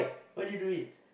why did you do it